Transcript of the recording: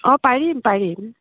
অঁ পাৰিম পাৰিম